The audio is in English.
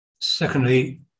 Secondly